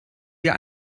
wir